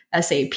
SAP